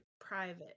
private